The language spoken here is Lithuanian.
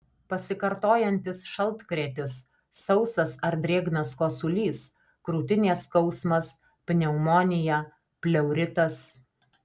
pasikartojantis šaltkrėtis sausas ar drėgnas kosulys krūtinės skausmas pneumonija pleuritas